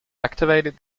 activated